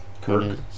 Kirk